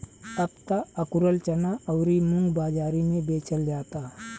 अब त अकुरल चना अउरी मुंग बाजारी में बेचल जाता